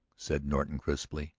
said norton crisply.